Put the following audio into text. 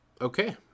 Okay